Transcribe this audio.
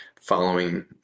following